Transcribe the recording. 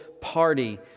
party